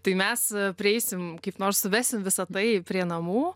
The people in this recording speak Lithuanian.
tai mes prieisim kaip nors suvesim visą tai prie namų